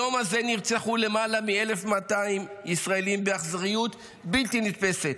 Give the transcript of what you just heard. ביום הזה נרצחו למעלה מ-1,200 ישראלים באכזריות בלתי נתפסת.